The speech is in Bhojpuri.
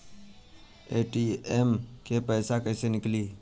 ए.टी.एम से पैसा कैसे नीकली?